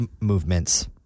movements